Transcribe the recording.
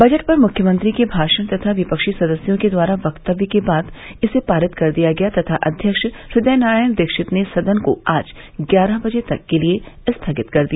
budget पर मुख्यमंत्री के भाषण तथा विपक्षी सदस्यों के द्वारा वक्तव्य के बाद इसे पारित कर दिया गया तथा अध्यक्ष हृदय नारायण दीक्षित ने सदन को आज ग्यारह बजे तक के लिए स्थगित कर दिया